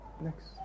Next